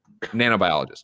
nanobiologist